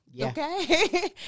okay